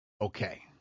Okay